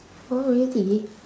oh really